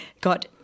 got